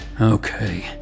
Okay